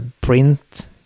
Print